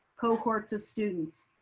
cohorts of students.